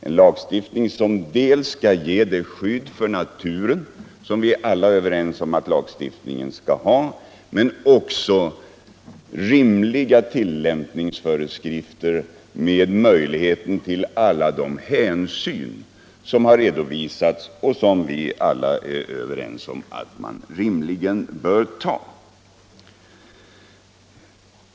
Vi får på det sättet en lagstiftning som ger det skydd för naturen som vi alla är överens om att lagstiftningen skall ge, kompletterad med rimliga tillämpningsföreskrifter som ger möjlighet till alla de hänsyn som vi också är överens om att man bör ta.